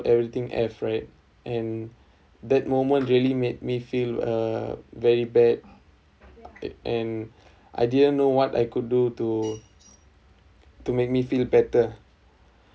everything F right and that moment really made me feel uh very bad and I didn't know what I could do to to make me feel better